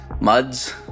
muds